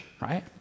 right